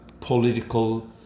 political